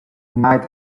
might